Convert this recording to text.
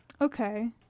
Okay